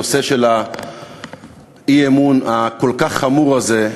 הנושא של האי-אמון הכל-כך חמור הזה,